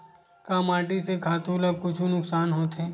का माटी से खातु ला कुछु नुकसान होथे?